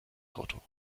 auto